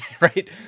right